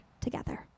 together